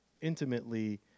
intimately